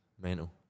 mental